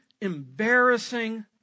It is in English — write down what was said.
embarrassing